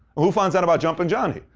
who finds out about jumpin johnny?